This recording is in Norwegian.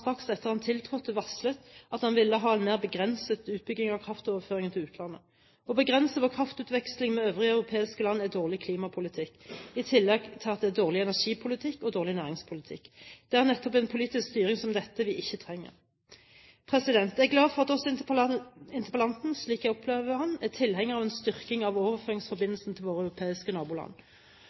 at han tiltrådte, varslet at han ville ha en mer begrenset utbygging av kraftoverføringene til utlandet. Å begrense vår kraftutveksling med øvrige europeiske land er dårlig klimapolitikk, i tillegg til at det er dårlig energipolitikk og dårlig næringspolitikk. Det er nettopp en politisk styring som dette vi ikke trenger. Jeg er glad for at også interpellanten, slik jeg opplever ham, er tilhenger av en styrking av overføringsforbindelsene til våre europeiske naboland,